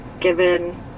given